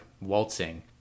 waltzing